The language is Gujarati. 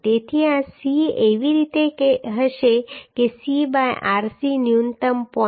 તેથી આ C એવી રીતે હશે કે C બાય rc ન્યુનત્તમ 0